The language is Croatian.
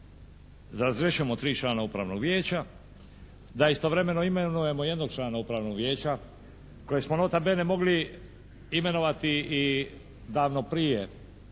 da razrješujemo tri člana Upravnog vijeća. Da istovremeno imenujemo jednog člana Upravnog vijeća koje smo nota bene mogli imenovati i davno prije,